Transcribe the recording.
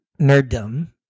nerddom